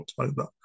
October